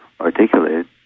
articulate